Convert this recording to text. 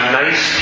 nice